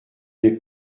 n’ai